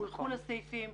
הם חולקו לסעיפים.